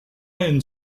ion